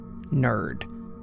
nerd